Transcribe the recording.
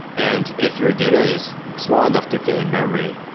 and if your data is small enough to fit in-memory,